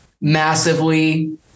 massively